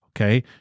okay